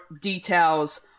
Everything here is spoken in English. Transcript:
details